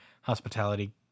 hospitality